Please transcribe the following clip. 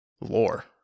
lore